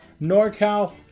NorCal